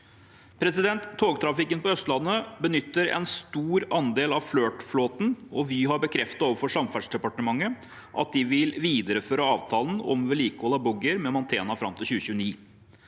Togtrafikken på Østlandet benytter en stor andel av FLIRT-flåten. Vy har bekreftet overfor Samferdselsdepartementet at de vil videreføre avtalen om vedlikehold av boggier med Mantena fram til 2029.